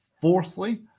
Fourthly